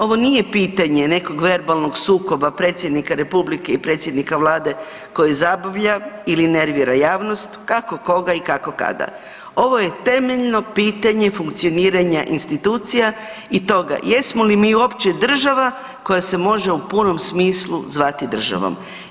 Ovo nije pitanje nekog verbalnog sukoba Predsjednika Republike i predsjednika Vlade koji zabavlja ili nervira javnost, kako koga i kako kada, ovo je temeljno pitanje funkcioniranja institucija i toga jesmo li mi uopće država koja se može u punom smislu zvati država.